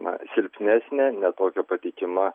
na silpnesnė ne tokia patikima